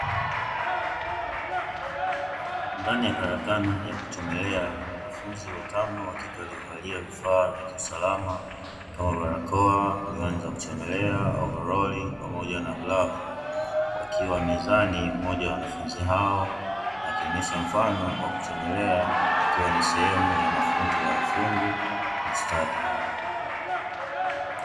Ndani ya karakana ya kuchomelea, wanafunzi watano wa kike waliovalia vifaa vya kiusalama kama barakoa, miwani za kuchomelea, ovaroli, pamoja na glavu, wakiwa mezani mmoja wa wanafunzi hao akionyesha mfano wa kuchomelea ikiwa ni sehemu ya mafunzo ya ufundi na stadi.